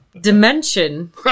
dimension